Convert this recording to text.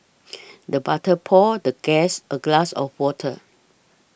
the butler poured the guest a glass of water